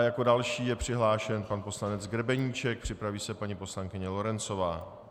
Jako další je přihlášen pan poslanec Grebeníček, připraví se paní poslankyně Lorencová.